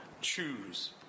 choose